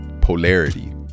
polarity